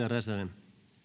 arvoisa